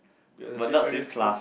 we are the same primary school